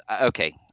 okay